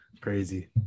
crazy